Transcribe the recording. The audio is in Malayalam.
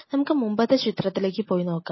നമുക്ക് മുമ്പത്തെ ചിത്രത്തിലേക്ക് പോയി നോക്കാം